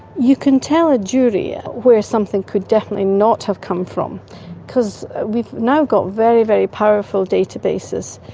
you can tell a jury yeah where something could definitely not have come from because we've now got very, very powerful databases,